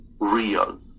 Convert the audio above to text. real